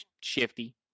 shifty